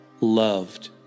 loved